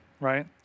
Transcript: right